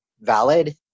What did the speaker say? valid